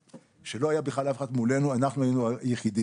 כשלא היה בכלל אף אחד מולנו אנחנו היינו היחידים.